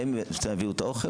והם מביאים לשם את האוכל,